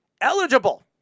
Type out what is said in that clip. eligible